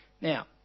Now